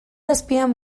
azpian